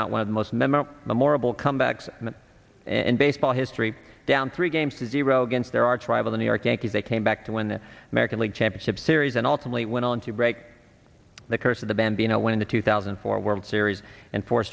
mount one of the most memo more of will come backs and baseball history down three games to zero against their arch rival the new york yankees they came back to win the american league championship series and ultimately went on to break the curse of the bambino win the two thousand and four world series and four